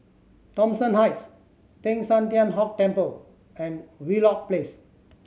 Thomson Heights Teng San Tian Hock Temple and Wheelock Place